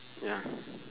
ya